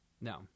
No